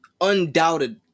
undoubted